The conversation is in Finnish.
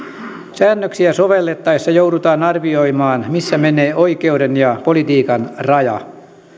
säännöksiä sovellettaessa joudutaan arvioimaan missä menee oikeuden ja politiikan raja